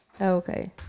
Okay